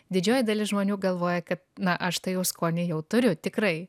didžioji dalis žmonių galvoja kad na štai jau skonį jau turiu tikrai